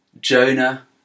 Jonah